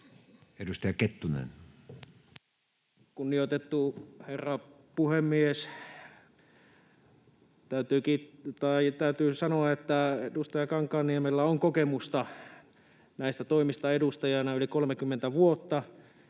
19:55 Content: Kunnioitettu herra puhemies! Täytyy sanoa, että edustaja Kankaanniemellä on kokemusta näistä toimista, edustajana yli 30 vuotta,